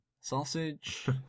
Sausage